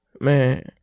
man